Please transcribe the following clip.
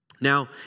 Now